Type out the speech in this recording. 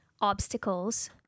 obstacles